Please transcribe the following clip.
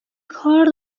کار